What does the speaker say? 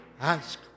ASK